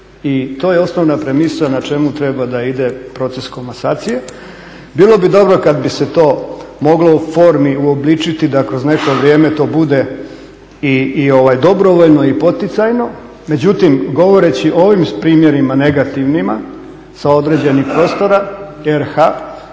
i to je osnovna premisao na čemu treba ići proces komasacije. Bilo bi dobro kada bi se to moglo u formi uobličiti da kroz neko vrijeme to bude i dobrovoljno i poticajno. Međutim govoreći o ovim primjerima negativnima sa određenih prostora RH